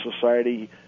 society